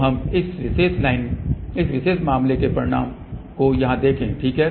तो हम इस विशेष मामले के परिणामों को यहां देखें ठीक है